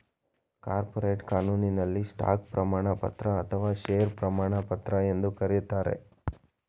corporate ಕಾನೂನಿನಲ್ಲಿ stock ಪ್ರಮಾಣಪತ್ರ ಅಥವಾ ಶೇರು ಪ್ರಮಾಣಪತ್ರ ಎಂದು ಕರೆಯುತ್ತಾರೆ